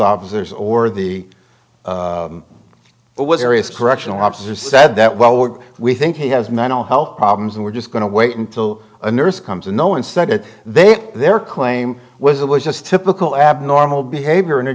officers or the it was arius correctional officer said that well we're we think he has mental health problems and we're just going to wait until a nurse comes in owen said that they had their claim was it was just typical abnormal behavior in a